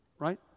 Right